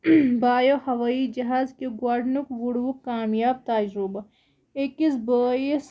بایو ہوٲیی جَہاز کیو گۄڈٕنیُک وُڈوُک کامیاب تَجرُبہٕ أکِس بٲیِس